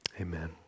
Amen